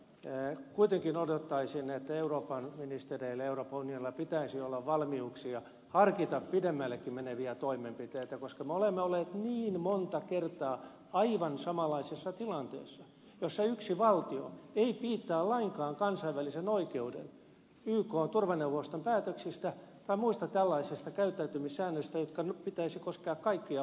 mutta kuitenkin odottaisin että euroopan ministereillä ja euroopan unionilla pitäisi olla valmiuksia harkita pidemmällekin meneviä toimenpiteitä koska me olemme olleet niin monta kertaa aivan samanlaisessa tilanteessa jossa yksi valtio ei piittaa lainkaan kansainvälisen oikeuden ykn turvaneuvoston päätöksistä tai muista tällaisista käyttäytymissäännöistä joiden pitäisi koskea kaikkia valtioita